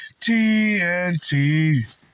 TNT